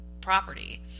property